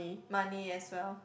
money as well